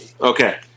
Okay